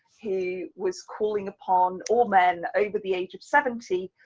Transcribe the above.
he was calling upon all men over the age of seventy,